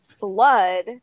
blood